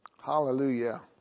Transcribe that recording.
Hallelujah